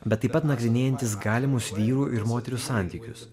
bet taip pat nagrinėjantys galimus vyrų ir moterių santykius